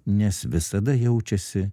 nes visada jaučiasi